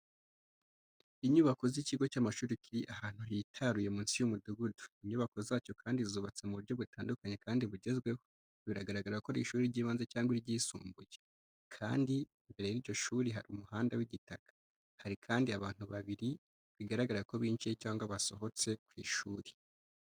Inyubazo z’ikigo cy’amashuri kiri ahantu hitaruye munsi y’umudugudu. Inyubako zacyo kandi zubatse mu buryo butandukanye kandi bugezweho. Biragaragara ko ari ishuri ry’ibanze cyangwa iryisumbuye, kandi mbere y’iryo shuri hari umuhanda w’igitaka. Hari kandi abantu babiri bigaragara ko binjiye cyangwa basohotse ku ishuri.